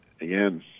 again